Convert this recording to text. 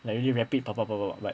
like really rapid